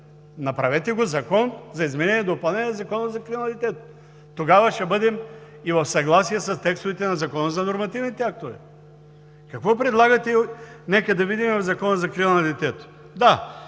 Направете го Закон за изменение и допълнение на Закона за закрила на детето. Тогава ще бъдем и в съгласие с текстовете на Закона за нормативните актове. Какво предлагате, нека да видим, в Закона за закрила на детето? Да,